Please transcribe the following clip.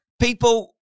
people